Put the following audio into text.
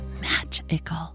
magical